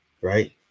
right